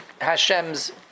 Hashem's